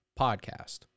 podcast